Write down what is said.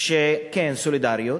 כן, סולידריות.